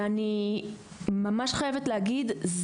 ואני ממש חייבת להגיד,